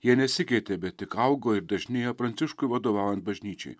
jie nesikeitė bet tik augo ir dažnėja pranciškui vadovaujant bažnyčiai